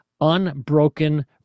unbroken